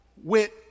went